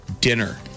dinner